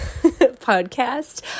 podcast